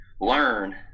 learn